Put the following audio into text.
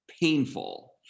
painful